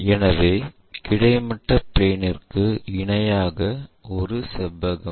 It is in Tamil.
எனவே கிடைமட்ட பிளேன்ற்கு இணையான ஒரு செவ்வகம்